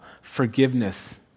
Forgiveness